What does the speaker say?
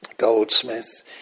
goldsmith